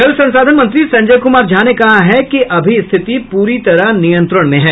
जल संसाधन मंत्री संजय कुमार झा ने कहा कि अभी स्थिति पूरी तरह नियंत्रण में है